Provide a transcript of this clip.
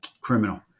criminal